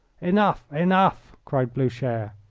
enough! enough! cried blucher.